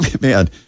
Man